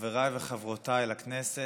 חבריי וחברותיי לכנסת,